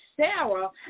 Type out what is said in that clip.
Sarah